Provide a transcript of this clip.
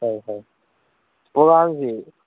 ꯍꯣꯏ ꯍꯣꯏ ꯄ꯭ꯔꯣꯒ꯭ꯔꯥꯝꯁꯤ